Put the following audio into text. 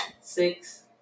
Six